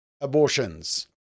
abortions